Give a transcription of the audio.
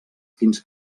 fins